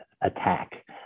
attack